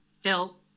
Phil